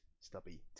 stubby